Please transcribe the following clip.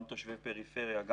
תושבי פריפריה,